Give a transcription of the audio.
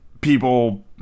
people